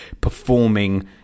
performing